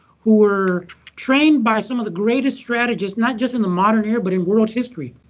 who are trained by some of the greatest strategists, not just in the modern era, but in world history.